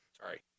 sorry